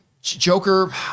joker